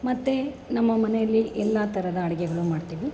ಮತ್ತೆ ನಮ್ಮ ಮನೆಯಲ್ಲಿ ಎಲ್ಲ ಥರದ ಅಡುಗೆಗಳು ಮಾಡ್ತೀವಿ